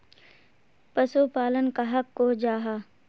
पशुपालन कहाक को जाहा?